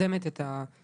שיזמה את הוועדה.